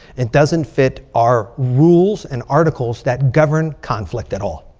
it doesn't fit our rules and articles that govern conflict at all.